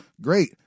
great